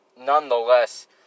nonetheless